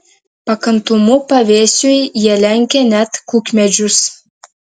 pakantumu pavėsiui jie lenkia net kukmedžius